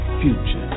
future